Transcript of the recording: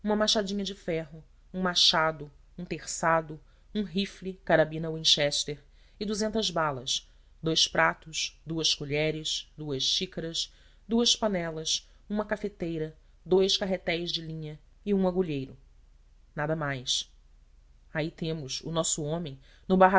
machadinha de ferro um machado um terçado um rifle carabina winchester e duzentas balas dois pratos duas colheres duas xícaras duas panelas uma cafeteira dois carretéis de linha e um agulheiro nada mais aí temos o nosso homem no